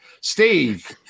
Steve